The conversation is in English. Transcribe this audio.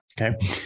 Okay